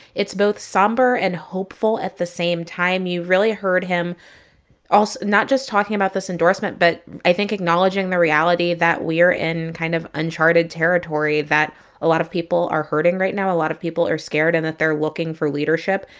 it's both somber and hopeful at the same time. you really heard him not just talking about this endorsement but i think acknowledging the reality that we're in kind of uncharted territory, that a lot of people are hurting right now, a lot of people are scared and that they're looking for leadership.